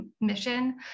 mission